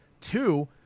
Two